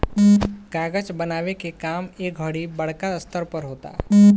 कागज बनावे के काम ए घड़ी बड़का स्तर पर होता